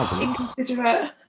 Inconsiderate